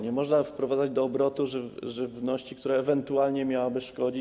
Nie można wprowadzać do obrotu żywności, która ewentualnie miałaby szkodzić.